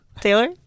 Taylor